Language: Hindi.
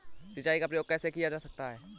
सिंचाई का प्रयोग कैसे किया जाता है?